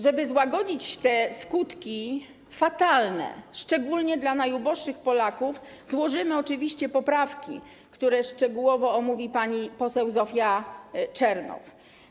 Żeby złagodzić te fatalne skutki, szczególnie dla najuboższych Polaków, złożymy oczywiście poprawki, które szczegółowo omówi pani poseł Zofia Czernow.